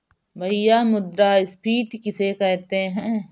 भैया मुद्रा स्फ़ीति किसे कहते हैं?